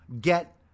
get